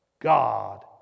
God